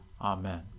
Amen